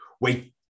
wait